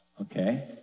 okay